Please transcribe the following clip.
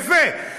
יפה.